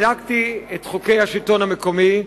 בדקתי את חוקי השלטון המקומי,